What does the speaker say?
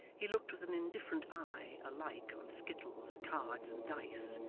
he looked with an indifferent eye, alike on skittles, cards, and dice,